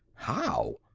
how?